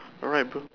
alright bro